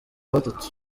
batatu